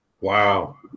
wow